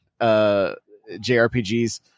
JRPGs